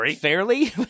fairly